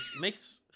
makes